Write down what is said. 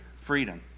freedom